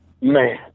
Man